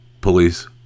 police